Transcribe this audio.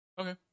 Okay